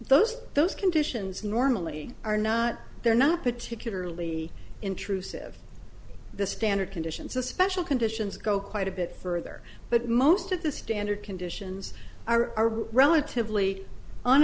those those conditions normally are not they're not particularly intrusive the standard conditions the special conditions go quite a bit further but most of the standard conditions are relatively